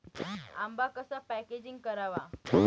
आंबा कसा पॅकेजिंग करावा?